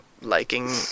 liking